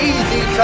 Easy